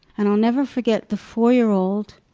and i'll never forget, the four-year-old,